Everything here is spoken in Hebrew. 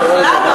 לא, בכלל לא.